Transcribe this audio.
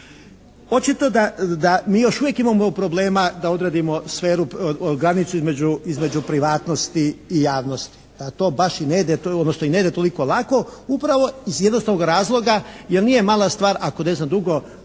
Očito da mi još uvijek imamo problema da odredimo sferu, granicu između privatnosti i javnosti, a to baš i ne ide, odnosno i ne ide toliko lako upravo iz jednostavnoga razloga jer nije mala stvar ako ne znam dugo